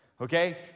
okay